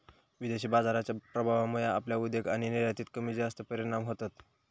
विदेशी बाजाराच्या प्रभावामुळे आपल्या उद्योग आणि निर्यातीत कमीजास्त परिणाम होतत